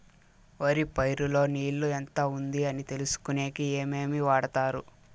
వరి పైరు లో నీళ్లు ఎంత ఉంది అని తెలుసుకునేకి ఏమేమి వాడతారు?